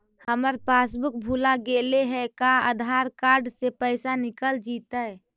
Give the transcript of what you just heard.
हमर पासबुक भुला गेले हे का आधार कार्ड से पैसा निकल जितै?